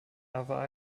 other